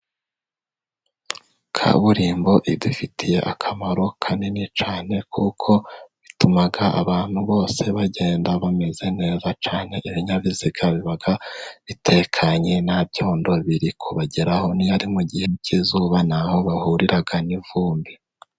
Kaburimbo idufitiye akamaro kanini cyane kuko bituma abantu bose bagenda bameze neza cyane, ibinyabiziga biba bitekanye na byondo biri kubageraho, niyo ari mu gihe cy'izuba ntaho bahurira n'ivumbi.